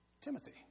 Timothy